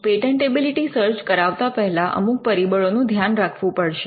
patentability search કરાવતાં પહેલાં અમુક પરિબળોનું ધ્યાન રાખવું પડશે